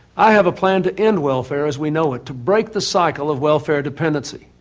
i have a plan to end welfare as we know it, to break the cycle of welfare dependency.